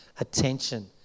attention